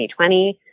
2020